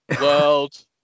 World